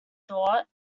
thought